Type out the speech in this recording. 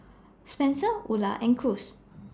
Spenser Ula and Cruz